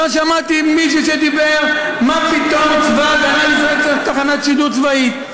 לא שמעתי מישהו שדיבר: מה פתאום צבא הגנה לישראל צריך תחנת שידור צבאית?